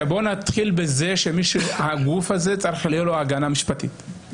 נתחיל בזה שהגוף הזה צריך שתהיה לו הגנה משפטית.